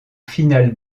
finale